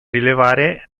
rilevare